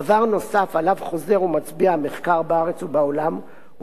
דבר נוסף שעליו חוזר ומצביע המחקר בארץ ובעולם הוא